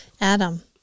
Adam